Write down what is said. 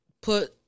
put